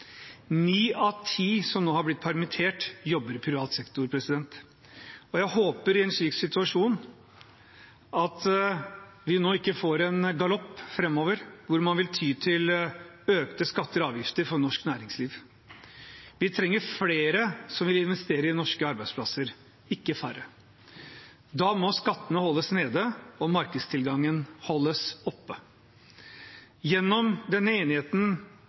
Ni av ti som nå har blitt permittert, jobber i privat sektor. Jeg håper at vi i en slik situasjon ikke får en galopp framover hvor man vil ty til økte skatter og avgifter for norsk næringsliv. Vi trenger flere som vil investere i norske arbeidsplasser, ikke færre. Da må skattene holdes nede, og markedstilgangen holdes oppe. I den enigheten